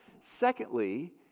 Secondly